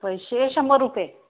पैसे शंभर रुपये